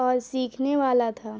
اور سیکھنے والا تھا